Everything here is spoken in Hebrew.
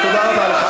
תודה רבה לך.